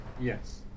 Yes